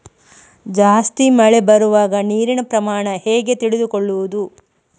ಜಾಸ್ತಿ ಮಳೆ ಬರುವಾಗ ನೀರಿನ ಪ್ರಮಾಣ ಹೇಗೆ ತಿಳಿದುಕೊಳ್ಳುವುದು?